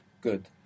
Good